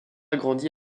grandit